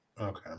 Okay